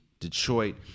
Detroit